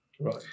Right